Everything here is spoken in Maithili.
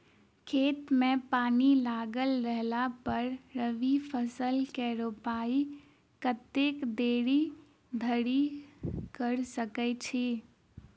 खेत मे पानि लागल रहला पर रबी फसल केँ रोपाइ कतेक देरी धरि कऽ सकै छी?